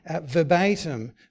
verbatim